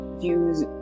use